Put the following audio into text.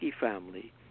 family